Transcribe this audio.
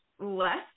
less